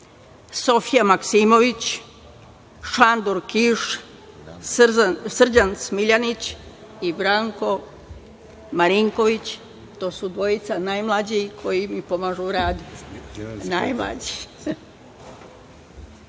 Sofija Maksimović, Nandor Kiš, Srđan Smiljanić i Branko Marinković. To su dvojica najmlađih koji mi pomažu u radu. Molim najmlađe